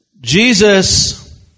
Jesus